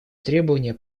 требования